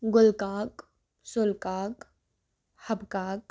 گُلہٕ کاک سُلہٕ کاک حَبہٕ کاک